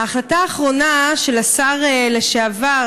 ההחלטה האחרונה של השר לשעבר,